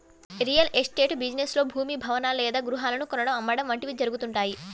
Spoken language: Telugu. రియల్ ఎస్టేట్ బిజినెస్ లో భూమి, భవనాలు లేదా గృహాలను కొనడం, అమ్మడం వంటివి జరుగుతుంటాయి